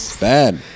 Bad